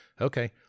okay